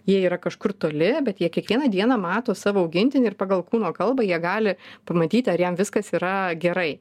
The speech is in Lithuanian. jie yra kažkur toli bet jie kiekvieną dieną mato savo augintinį ir pagal kūno kalbą jie gali pamatyti ar jam viskas yra gerai